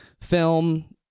film